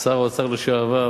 שר האוצר לשעבר,